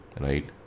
right